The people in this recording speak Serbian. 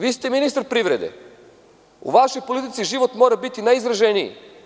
Vi ste ministar privrede, u vašoj politici život mora biti najizraženiji.